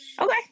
Okay